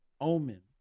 omen